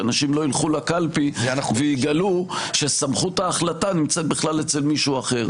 שאנשים לא ילכו לקלפי ויגלו שסמכות ההחלטה נמצאת בכלל אצל מישהו אחר.